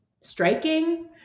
striking